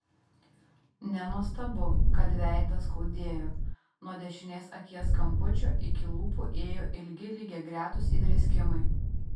nenuostabu kad veidą skaudėjo nuo dešinės akies kampučio iki lūpų ėjo ilgi lygiagretūs įdrėskimai